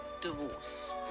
divorce